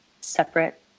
separate